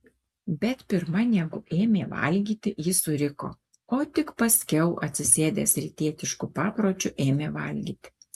bet pirma negu ėmė valgyti jis suriko o tik paskiau atsisėdęs rytietišku papročiu ėmė valgyti